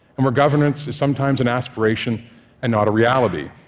and where governance is sometimes an aspiration and not a reality.